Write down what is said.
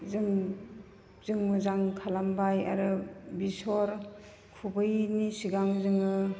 जों जों मोजां खालामबाय आरो बिसर खुबैयैनि सिगां जोङो